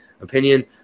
opinion